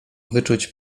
wyczuć